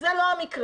זה לא המקרה,